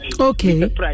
okay